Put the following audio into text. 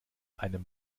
einem